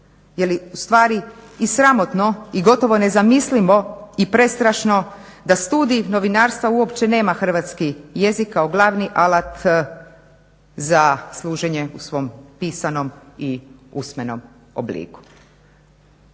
Jeli ustvari sramotno i gotovo nezamislivo i prestrašno da studij novinarstva uopće nema hrvatski jezik kao glavni alat za služenjem u svom pisanom i usmenom obliku.